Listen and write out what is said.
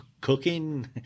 cooking